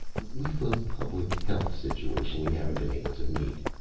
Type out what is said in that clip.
we've a public-health situation we haven't been able to meet.